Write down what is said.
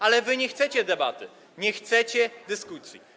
Ale wy nie chcecie debaty, nie chcecie dyskusji.